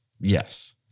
Yes